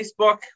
Facebook